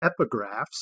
epigraphs